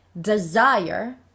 desire